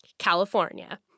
California